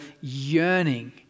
yearning